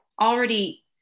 already